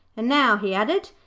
and now he added,